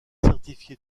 certifié